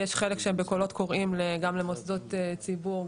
כי יש חלק שהם בקולות קוראים גם למוסדות ציבור,